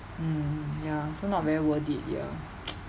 mm ya so not very worth it ya